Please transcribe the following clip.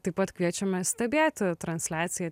taip pat kviečiame stebėti transliaciją